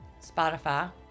Spotify